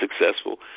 successful